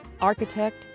architect